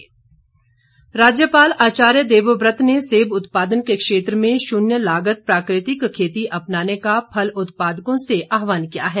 राज्यपाल राज्यपाल आचार्य देवव्रत ने सेब उत्पादन के क्षेत्र में शून्य लागत प्राकृतिक खेती अपनाने का फल उत्पादकों से आहवान किया है